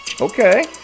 Okay